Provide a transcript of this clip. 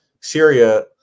Syria